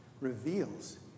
reveals